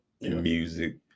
music